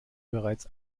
bereits